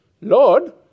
Lord